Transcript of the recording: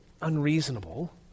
unreasonable